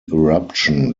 eruption